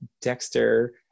dexter